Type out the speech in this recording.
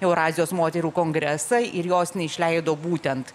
eurazijos moterų kongresą ir jos neišleido būtent